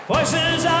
Voices